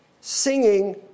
singing